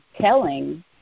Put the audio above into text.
telling